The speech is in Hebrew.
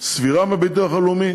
סבירה בביטוח הלאומי